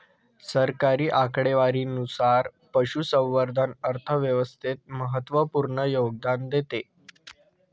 सरकारी आकडेवारीनुसार, पशुसंवर्धन अर्थव्यवस्थेत महत्त्वपूर्ण योगदान देते